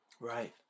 Right